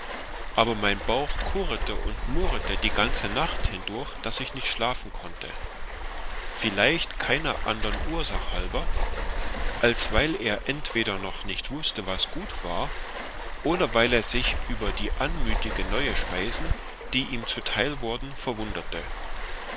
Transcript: aber mein bauch kurrete und murrete die ganze nacht hindurch daß ich nicht schlafen konnte vielleicht keiner andern ursach halber als weil er entweder noch nicht wußte was gut war oder weil er sich über die anmütige neue speisen die ihm zuteil worden verwunderte